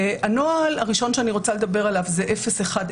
הנוהל הראשון שאני רוצה לדבר עליו זה 01.02.03.,